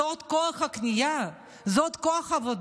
זה עוד כוח קנייה, זה עוד כוח עבודה,